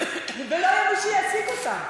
ולא יהיה מי שיעסיק אותם.